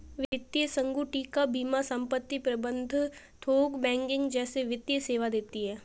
वित्तीय संगुटिका बीमा संपत्ति प्रबंध थोक बैंकिंग जैसे वित्तीय सेवा देती हैं